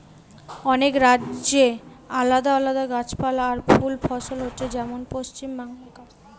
অনেক রাজ্যে আলাদা আলাদা গাছপালা আর ফুল ফসল হচ্ছে যেমন পশ্চিমবাংলায় কাশ ফুল হচ্ছে